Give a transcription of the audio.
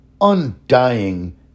undying